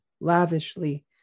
lavishly